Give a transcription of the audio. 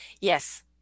Yes